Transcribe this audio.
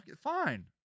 fine